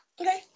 Okay